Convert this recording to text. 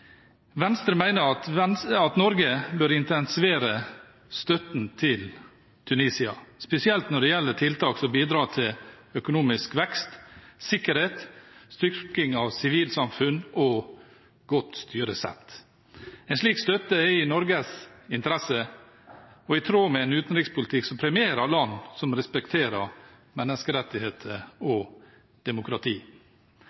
Venstre mener at Norge bør intensivere støtten til Tunisia, spesielt når det gjelder tiltak som bidrar til økonomisk vekst, sikkerhet, styrking av sivilsamfunn og godt styresett. En slik støtte er i Norges interesse og i tråd med en utenrikspolitikk som premierer land som respekterer menneskerettigheter og